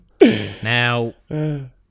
Now